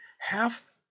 half